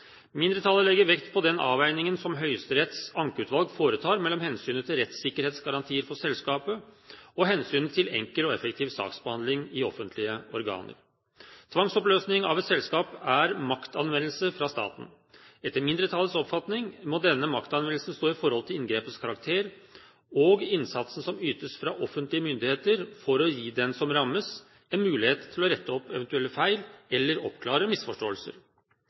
Mindretallet legger vekt på den avveiningen som Høyesteretts ankeutvalg foretar mellom hensynet til rettssikkerhetsgarantier for selskapet og hensynet til enkel og effektiv saksbehandling i offentlige organer. Tvangsoppløsning av et selskap er maktanvendelse fra staten. Etter mindretallets oppfatning må ved denne maktanvendelsen inngrepets karakter stå i forhold til innsatsen som ytes fra offentlige myndigheter, for å gi den som rammes en mulighet til å rette opp eventuelle feil, eller oppklare misforståelser.